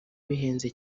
bihenze